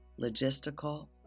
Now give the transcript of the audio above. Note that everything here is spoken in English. logistical